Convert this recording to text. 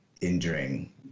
Injuring